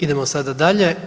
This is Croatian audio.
Idemo sada dalje.